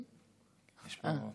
אני אומר בגילוי נאות,